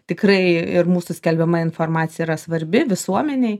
tikrai ir mūsų skelbiama informacija yra svarbi visuomenei